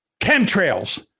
chemtrails